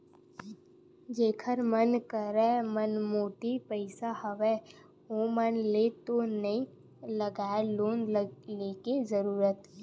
जेखर मन करा मनमाड़े पइसा हवय ओमन ल तो नइ लगय लोन लेके जरुरत